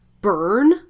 burn